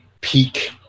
peak